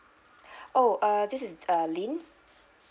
oh uh this is uh ling